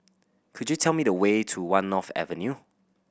could you tell me the way to One North Avenue